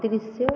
दृश्य